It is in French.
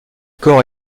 corps